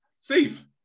Steve